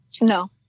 no